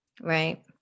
Right